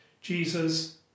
Jesus